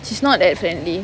she's not that friendly